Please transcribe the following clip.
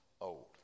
old